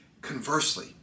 Conversely